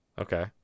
Okay